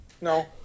No